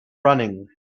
running